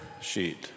sheet